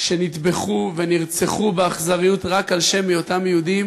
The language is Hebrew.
שנטבחו ונרצחו באכזריות רק על שום היותם יהודים,